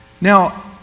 Now